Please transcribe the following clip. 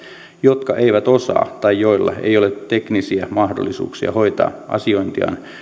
jotka eivät osaa tai joilla ei ole teknisiä mahdollisuuksia hoitaa asiointiaan